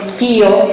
feel